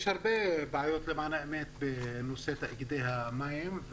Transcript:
יש הרבה בעיות בנושא תאגידי המים.